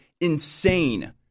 insane